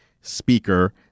speaker